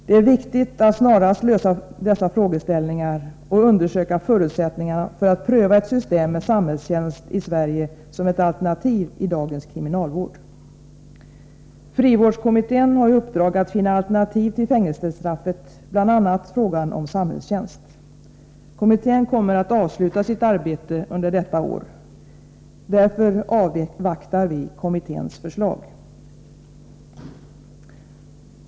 Det är viktigt att snarast lösa dessa frågeställningar och undersöka förutsättningarna att pröva ett system med samhällstjänst i Sverige som ett alternativ i dagens kriminalvård. Frivårdskommittén har i uppdrag att finna alternativ till fängelsestraffet, bl.a. samhällstjänst. Kommittén kommer att avsluta sitt arbete under detta år. Därför avvaktar vi kommitténs förslag.